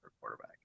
quarterback